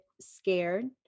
scared